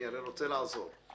אני הרי רוצה לעזור.